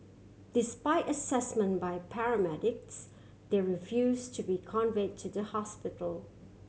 despite assessment by paramedics they refuse to be convey to the hospital